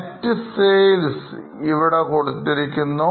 Net Sales ഇവിടെ കൊടുത്തിട്ടുണ്ട്